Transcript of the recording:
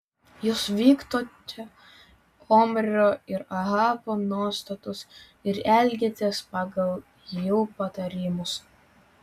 jūs vykdote omrio ir ahabo nuostatus ir elgiatės pagal jų patarimus